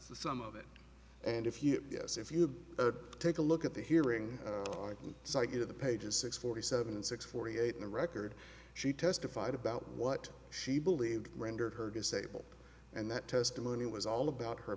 sum of it and if you yes if you take a look at the hearing and sight of the pages six forty seven and six forty eight in the record she testified about what she believed rendered her disabled and that testimony was all about her